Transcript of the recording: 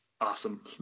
awesome